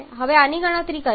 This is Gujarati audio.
હવે આની ગણતરી કરીએ